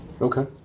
Okay